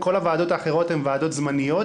כל הוועדות האחרות הן ועדות זמניות,